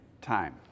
time